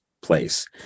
place